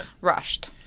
rushed